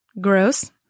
gross